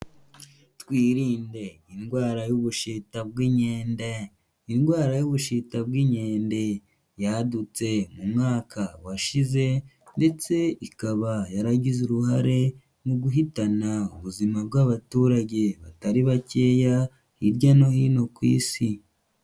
Twirinde indwara y'ubushita bw'inkende. Indwara y'ubushita bw'inkende, yadutse mu mwaka washize ndetse ikaba yaragize uruhare mu guhitana ubuzima bw'abaturage batari bakeya hirya no hino ku Isi.